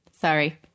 sorry